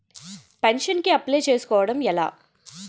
Pension కి apply చేసుకోవడం ఎలా?